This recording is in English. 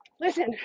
Listen